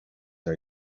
are